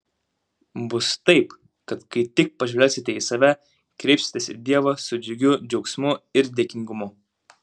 bus taip kad kai tik pažvelgsite į save kreipsitės į dievą su džiugiu džiaugsmu ir dėkingumu